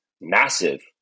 massive